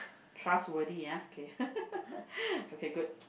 trustworthy ah okay okay good